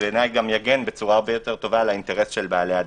ובעיניי גם יגן בצורה הרבה יותר טובה על האינטרס של בעלי הדין.